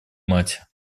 мать